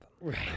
Right